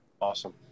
Awesome